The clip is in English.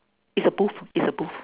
it's a booth it's a booth